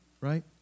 right